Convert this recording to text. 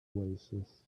oasis